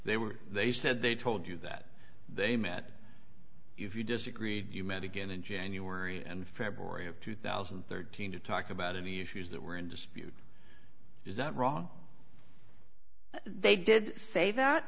they were they said they told you that they met you disagree you met again in january and february of two thousand and thirteen to talk about any issues that were in dispute is out wrong they did say that